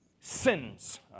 sins